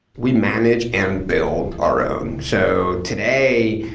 we manage and build our own. so today,